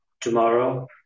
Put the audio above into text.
tomorrow